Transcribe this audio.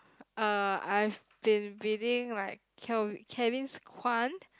uh I've been reading like Kel~ Kevin-Kwan